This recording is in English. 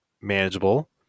manageable